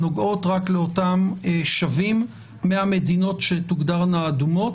שנוגעות רק לאותם שבים מהמדינות שתוגדרנה אדומות.